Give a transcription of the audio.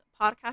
podcast